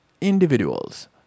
individuals